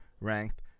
ranked